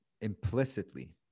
implicitly